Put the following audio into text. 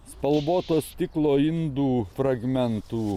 spalvoto stiklo indų fragmentų